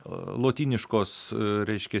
lotyniškos reiškia